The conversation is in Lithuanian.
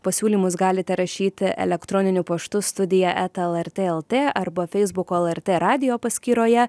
pasiūlymus galite rašyti elektroniniu paštu studija eta lrt lt arba feisbuko lrt radijo paskyroje